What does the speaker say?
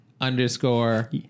underscore